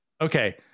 Okay